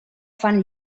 fan